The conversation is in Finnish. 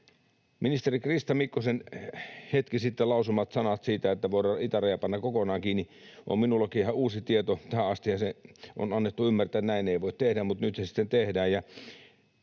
Ministeri Krista Mikkosen hetki sitten lausumat sanat siitä, että voidaan itäraja panna kokonaan kiinni, olivat minullekin ihan uusi tieto. Tähän astihan on annettu ymmärtää, että näin ei voi tehdä, mutta nyt sitten voidaan.